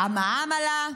המע"מ עלה,